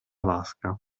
vasca